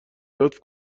لطف